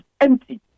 empty